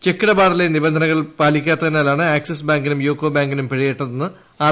ചെക്കിടപാടിലെ നിബന്ധനകൾ പാലിക്കാത്തതിനാണ് ആക്സിസ് ബാങ്കിനും യൂക്കോ ബാങ്കിനും പിഴയിട്ടതെന്ന് ആർ